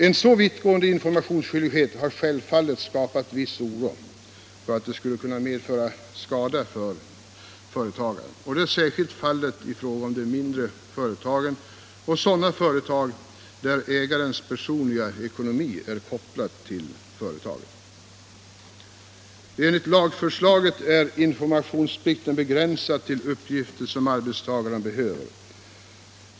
En så vittgående informationsskyldighet har självfallet skapat viss oro för att denna skall kunna medföra skada för företagaren. Det är särskilt fallet i fråga om de mindre företagen och sådana företag där ägarens personliga ekonomi är kopplad till företaget. Enligt lagförslaget är informationsplikten begränsad till uppgifter som arbetstagaren behöver.